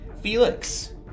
Felix